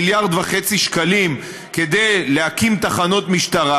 מיליארד שקלים כדי להקים תחנות משטרה,